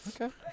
Okay